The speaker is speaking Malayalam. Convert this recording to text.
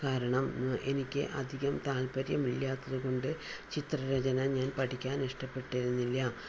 കാരണം എനിക്ക് അധികം താത്പര്യം ഇല്ലാത്തത് കൊണ്ട് ചിത്ര രചന ഞാൻ പഠിക്കാൻ ഇഷ്ടപ്പെട്ടിരുന്നില്ല